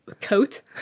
coat